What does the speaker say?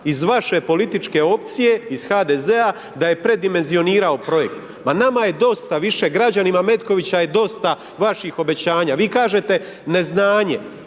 iz vaše političke opcije iz HDZ-a da je predimenzionirao projekt, ma nama je dosta više, građanima Metkovića je dosta vaših obećanja, vi kažete neznanje,